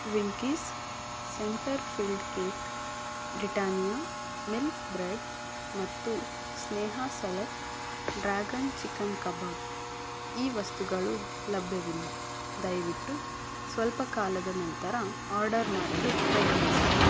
Venky's centre filled cake Britannia milk bread ಮತ್ತು Sneha select dragon chicken kebab ಈ ವಸ್ತುಗಳು ಲಭ್ಯವಿಲ್ಲ ದಯವಿಟ್ಟು ಸ್ವಲ್ಪ ಕಾಲದ ನಂತರ ಆರ್ಡರ್ ಮಾಡಲು ಪ್ರಯತ್ನಿಸಿ